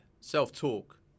Self-talk